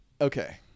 Okay